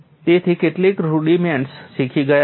તમે કેટલાક રુડિમેન્ટ્સ શીખી ગયા છો